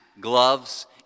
gloves